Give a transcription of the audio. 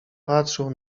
patrzył